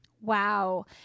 Wow